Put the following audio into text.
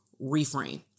reframe